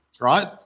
right